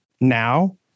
now